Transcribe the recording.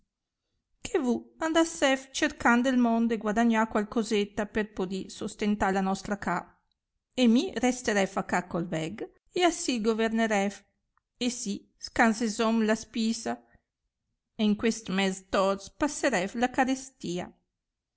che vu andassef cercand del mond e guadagna qual cosèta per podi sostenta la nostra ca e mi resterèf a ca col veg e a sì governare e sì scansesom la spisa e in quest mèz t'ors passerèf la carestia